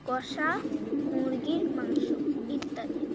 কষা মুরগির মাংস ইত্যাদি